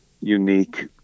unique